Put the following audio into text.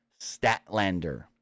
Statlander